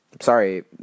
Sorry